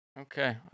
Okay